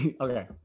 okay